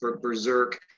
berserk